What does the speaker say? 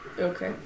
Okay